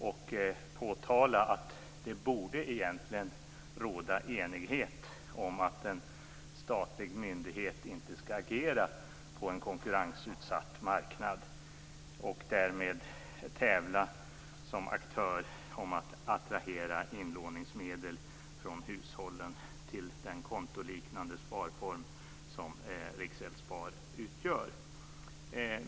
Jag påtalar också att det egentligen borde råda enighet om att en statlig myndighet inte ska agera på en konkurrensutsatt marknad, och därmed tävla som aktör om att attrahera inlåningsmedel från hushållen till den kontoliknande sparform som Riksgäldsspar utgör.